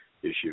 issue